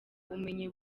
ubumenyi